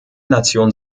nation